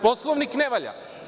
Poslovnik ne valja.